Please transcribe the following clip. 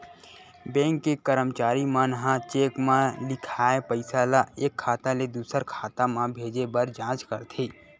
bank के करमचारी मन ह चेक म लिखाए पइसा ल एक खाता ले दुसर खाता म भेजे बर जाँच करथे